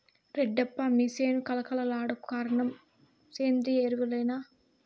రెడ్డప్ప మీ సేను కళ కళకు కారణం సేంద్రీయ ఎరువులేనా